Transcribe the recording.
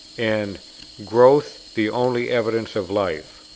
and growth the only evidence of life.